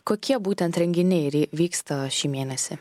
kokie būtent renginiai vyksta šį mėnesį